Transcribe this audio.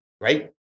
Right